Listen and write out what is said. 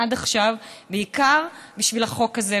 עד עכשיו בעיקר בשביל החוק הזה,